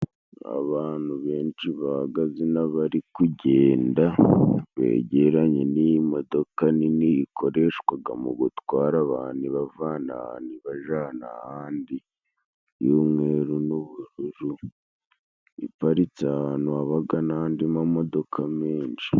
Abantu benshi bahagaze n'abari kugenda begeranye n'iyi modoka nini ,ikoreshwaga mu gutwara abantu ibavana ahantu ibajana ahandi y'umweru n'ubururu, iparitse ahantu habaga n'andi mamodoka menshi.